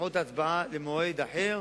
לדחות את ההצבעה למועד אחר?